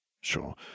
Sure—